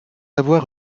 avoir